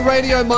Radio